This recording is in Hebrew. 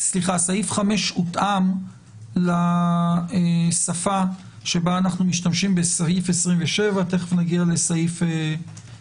סעיף 5 הותאם לשפה שבה אנו משתמשים בסעיף 27 תכף נגיע לסעיף